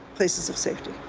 places of safety.